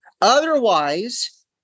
Otherwise